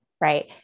right